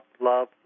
love